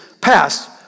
passed